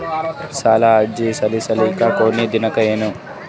ಸಾಲ ಅರ್ಜಿ ಸಲ್ಲಿಸಲಿಕ ಕೊನಿ ದಿನಾಂಕ ಏನು?